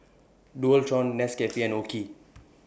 Dualtron Nescafe and OKI